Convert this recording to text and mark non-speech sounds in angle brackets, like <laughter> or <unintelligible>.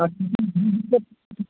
<unintelligible>